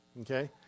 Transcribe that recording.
okay